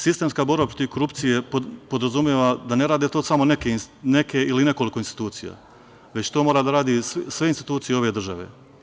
Sistemska borba protiv korupcije podrazumeva da ne rade to samo neke ili nekoliko institucija, već to da rade sve institucije ove države.